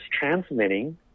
transmitting